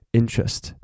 interest